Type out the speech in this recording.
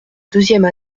deuxième